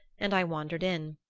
and i wandered in.